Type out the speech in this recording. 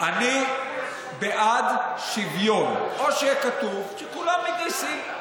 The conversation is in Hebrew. אני בעד שוויון או שיהיה כתוב שכולם מתגייסים.